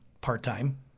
part-time